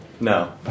No